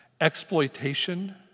Exploitation